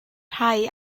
rhai